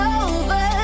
over